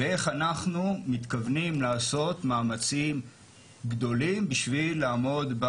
ואיך אנחנו מתכוונים לעשות מאמצים גדולים בשביל לעמוד,